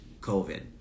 COVID